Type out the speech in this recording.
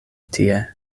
tie